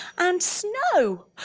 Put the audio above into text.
and snow